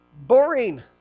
Boring